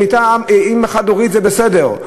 אם היא הייתה חד-הורית זה בסדר,